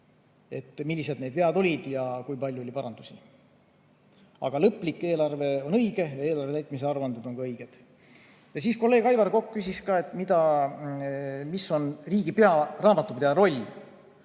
millised need vead olid ja kui palju oli parandusi. Aga lõplik eelarve on õige ja eelarve täitmise aruanded on ka õiged. Kolleeg Aivar Kokk küsis, mis on riigi pearaamatupidaja roll.